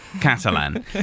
Catalan